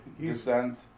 descent